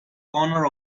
corner